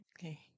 Okay